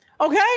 Okay